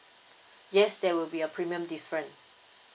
yes there will be a premium different